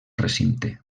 recinte